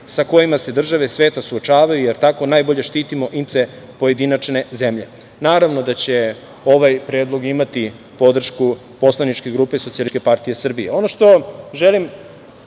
sa kojima se države sveta suočavaju, jer tako najbolje štitimo interese pojedinačne zemlje. Naravno da će ovaj predlog imati podršku poslaničke grupe SPS.Ono što želim